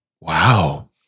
Wow